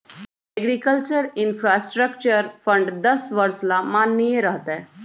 agriculture infrastructure fund दस वर्ष ला माननीय रह तय